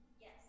Yes